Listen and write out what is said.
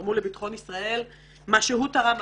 שתרמו לביטחון ישראל כמו שהוא תרם.